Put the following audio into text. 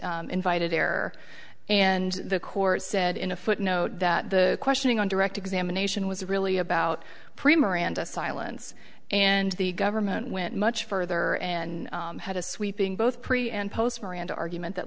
invited error and the court said in a footnote that the questioning on direct examination was really about premer and a silence and the government went much further and had a sweeping both pre and post miranda argument that